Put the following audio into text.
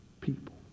people